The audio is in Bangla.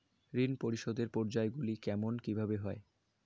ঋণ পরিশোধের পর্যায়গুলি কেমন কিভাবে হয়?